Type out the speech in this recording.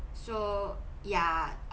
so ya